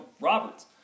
Roberts